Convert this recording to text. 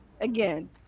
Again